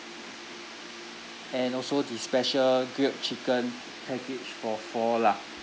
and also the special grilled chicken package for four lah